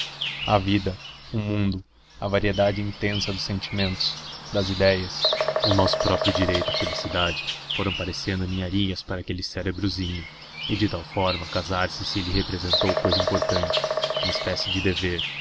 a vida o mundo a variedade intensa dos sentimentos das idéias o nosso próprio direito à felicidade foram parecendo ninharias para aquele cerebrozinho e de tal forma casar-se se lhe representou cousa importante uma espécie de dever